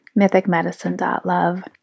MythicMedicine.love